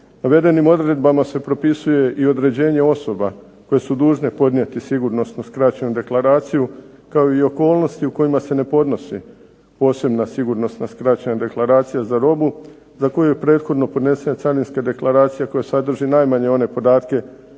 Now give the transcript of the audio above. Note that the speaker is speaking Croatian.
Navedenim odredbama se propisuje i određenje osoba koje su dužne podnijeti sigurnosnu skraćenu deklaraciju, kao i okolnosti u kojima se ne podnosi posebna sigurnosna skraćena deklaracija za robu za koju je prethodno podnesena carinska deklaracija koja sadrži najmanje one podatke